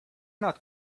not